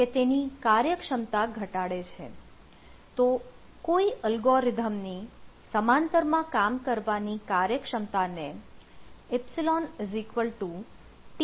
તો કોઈ અલગોરિધમની સમાંતર માં કામ કરવાની કાર્યક્ષમતાને 𝝐 TP